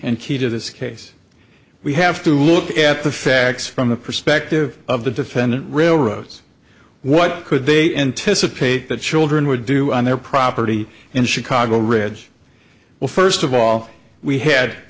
and key to this case we have to look at the facts from the perspective of the defendant railroads what could they anticipate that children would do on their property in chicago ridge well first of all we had